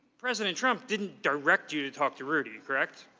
president trump didn't direct you to talk to rudy. correct?